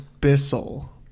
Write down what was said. Bissell